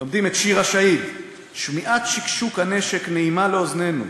לומדים את "שיר השהיד": "שמיעת שקשוק הנשק נעימה לאוזנינו,